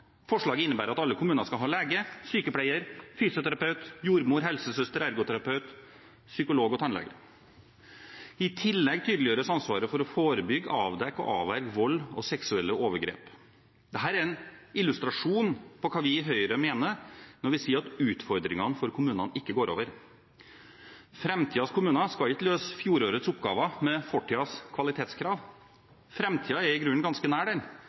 Forslaget innebærer at alle kommuner skal ha lege, sykepleier, fysioterapeut, jordmor, helsesøster, ergoterapeut, psykolog og tannlege. I tillegg tydeliggjøres ansvaret for å forebygge, avdekke og avverge vold og seksuelle overgrep. Dette er en illustrasjon på hva vi i Høyre mener når vi sier at utfordringene for kommunene ikke går over. Framtidens kommuner skal ikke løse fjorårets oppgaver med fortidens kvalitetskrav. Framtiden er i grunnen ganske nær, og den